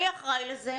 מי אחראי על זה?